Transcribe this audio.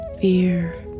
Fear